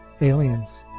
aliens